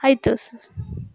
ಆಯಿತು ಸರ್